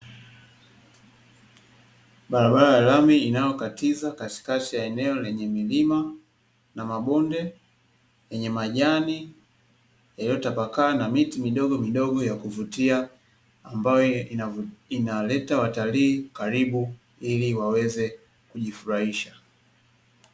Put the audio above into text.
Barabara ya lami inayokatiza katikati ya eneo lenye milima na mabonde yenye majani, yalio tapakaa na miti midogomidogo ya kuvutia ambayo inaleta watalii karibu ili waweze kujifurahisha.